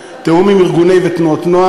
כדי שתהיה כותרת פופוליסטית?